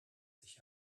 sich